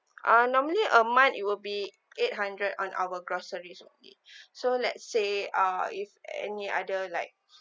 uh normally a month it will be eight hundred on our groceries only so let's say uh if any other like